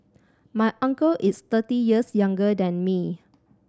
my uncle is thirty years younger than me